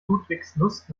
ludwigslust